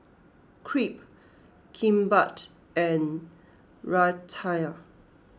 Crepe Kimbap and Raita